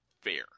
fair